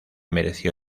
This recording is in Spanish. mereció